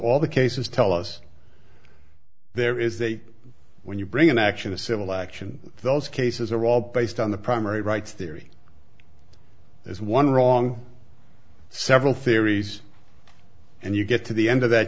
all the cases tell us there is that when you bring an action a civil action those cases are all based on the primary rights theory as one wrong several theories and you get to the end of that